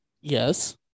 yes